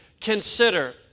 consider